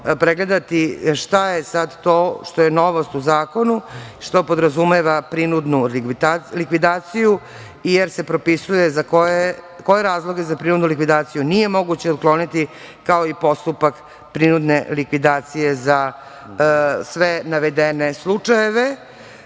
pregledati, šta je sad to što je novost u zakonu, što podrazumeva prinudnu likvidaciju, jer se propisuje koje razloge za prinudnu likvidaciju nije moguće otkloniti, kao i postupak prinudne likvidacije za sve navedene slučajeve.